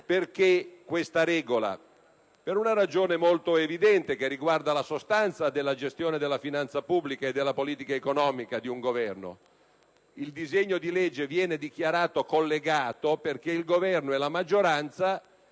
Questa regola esiste per una ragione molto evidente, che riguarda la sostanza della gestione della finanza pubblica e della politica economica di un Governo. Il disegno di legge viene dichiarato collegato perché il Governo e la maggioranza